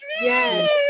Yes